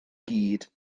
gyd